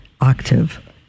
octave